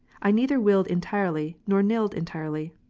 i neither willed entirely, nor nilled entirely.